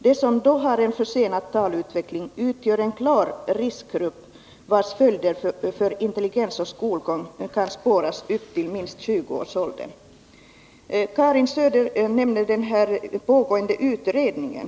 De som då har en försenad talutveckling utgör en klar riskgrupp vars följder för intelligens och skolgång kan spåras upp till minst 20-årsåldern.” Karin Söder nämnde den pågående utredningen.